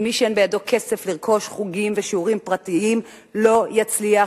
כי מי שאין בידו כסף לרכוש חוגים ושיעורים פרטיים לא יצליח,